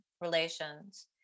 relations